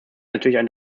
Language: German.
natürlich